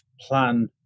plan